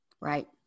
right